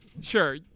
Sure